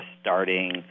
starting